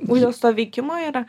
uždelsto veikimo yra